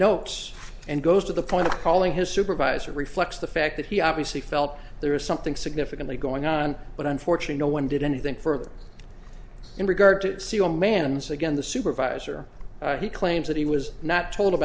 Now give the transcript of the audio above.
notes and goes to the point of calling his supervisor reflects the fact that he obviously felt there was something significantly going on but on fortune no one did anything further in regard to see a man's again the supervisor he claims that he was not to